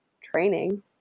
training